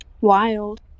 Wild